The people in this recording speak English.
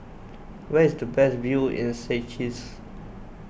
where is the best view in Seychelles